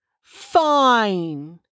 Fine